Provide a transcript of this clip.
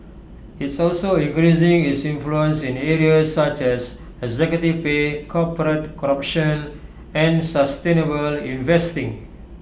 it's also increasing its influence in areas such as executive pay corporate corruption and sustainable investing